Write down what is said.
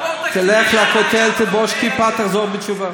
פחות לשקר, תלך לכותל, תלבש כיפה, תחזור בתשובה.